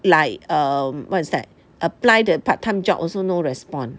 like err what's that apply the part time job also no respond